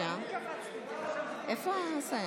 (נגיף הקורונה החדש) (הוראת שעה),